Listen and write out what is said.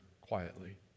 quietly